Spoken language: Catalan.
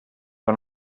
que